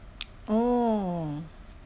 oh